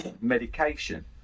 medication